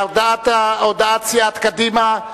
הודעת סיעת קדימה,